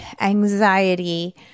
anxiety